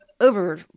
over